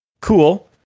cool